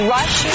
Rush